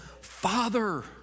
Father